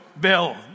Bill